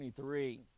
23